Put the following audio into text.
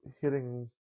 hitting